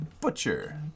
butcher